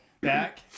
Back